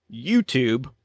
YouTube